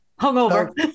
Hungover